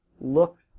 look